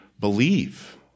believe